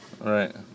Right